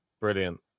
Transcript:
Brilliant